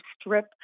strip